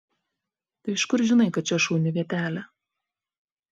tai iš kur žinai kad čia šauni vietelė